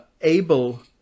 able